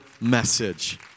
message